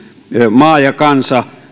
maa ja sillä on erinomainen kansa